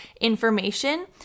information